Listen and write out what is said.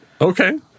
Okay